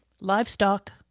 Livestock